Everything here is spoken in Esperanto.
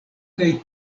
kaj